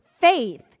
faith